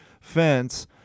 fence